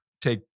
take